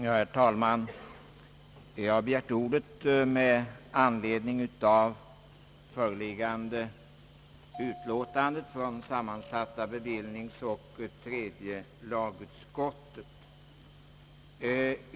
Herr talman! Jag har begärt ordet med anledning av föreliggande utlåtande från sammansatta bevillningsoch tredje lagutskottet.